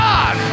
God